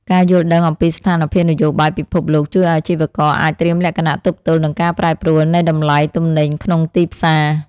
ការយល់ដឹងអំពីស្ថានភាពនយោបាយពិភពលោកជួយឱ្យអាជីវករអាចត្រៀមលក្ខណៈទប់ទល់នឹងការប្រែប្រួលនៃតម្លៃទំនិញក្នុងទីផ្សារ។